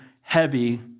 heavy